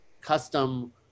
custom